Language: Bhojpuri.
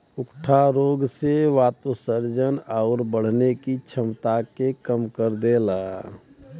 उकठा रोग से वाष्पोत्सर्जन आउर बढ़ने की छमता के कम कर देला